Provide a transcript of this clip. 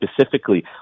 specifically